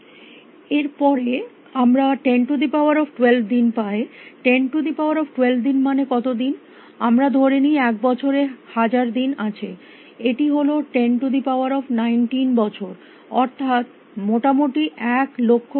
এর পরে আমরা 1012 দিন পাই 1012 দিন মানে কত দিন আমরা ধরে নি এক বছরে 1000 দিন আছে এটি হল 109 বছর অর্থাৎ মোটামুটি এক লক্ষ্য কোটি বছর